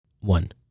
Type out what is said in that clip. One